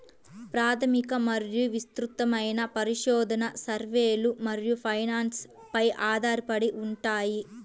ప్రాథమిక మరియు విస్తృతమైన పరిశోధన, సర్వేలు మరియు ఫైనాన్స్ పై ఆధారపడి ఉంటాయి